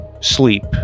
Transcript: sleep